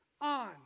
on